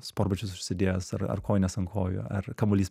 sporbačius užsidėjęs ar ar kojines ant kojų ar kamuolys